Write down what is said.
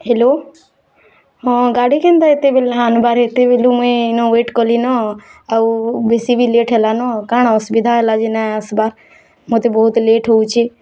hello ହଁ ଗାଡ଼ି କେନ୍ତା ଏତେବେଲ୍ ଆନ୍ବାର୍ ହେତେବେଲୁ ମୁଇଁ ନ ୱେଟ୍ କଲିନ ଆଉ ବେଶୀ ବି ଲେଟ୍ ହେଲାନ କାଣା ଅସୁବିଧା ହେଲା ଯେ ନାଇ ଆସ୍ବାର୍ ମତେ ବହୁତ୍ ଲେଟ୍ ହଉଛି